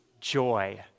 joy